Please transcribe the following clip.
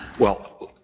well,